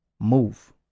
move